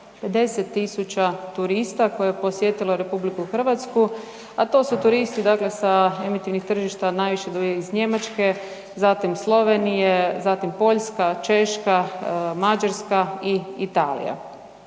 10.000 turista koje je posjetilo RH, a to su turisti sa emitivnih tržišta najviše iz Njemačke, zatim Slovenije, Poljska, Češka, Mađarska i Italija.